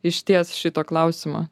išties šito klausimo